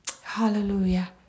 Hallelujah